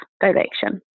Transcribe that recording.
direction